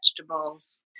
vegetables